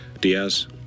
Diaz